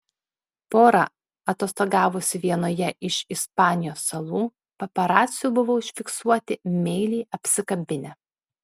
pora atostogavusi vienoje iš ispanijos salų paparacių buvo užfiksuoti meiliai apsikabinę